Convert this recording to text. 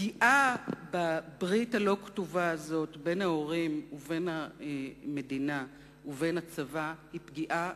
פגיעה בברית הלא-כתובה הזאת בין ההורים ובין המדינה והצבא היא פגיעה